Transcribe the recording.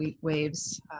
waves